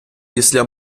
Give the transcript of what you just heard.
після